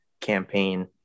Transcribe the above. campaign